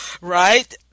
right